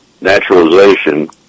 naturalization